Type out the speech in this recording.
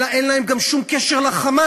אלא אין להם גם שום קשר ל"חמאס",